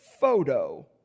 photo